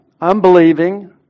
unbelieving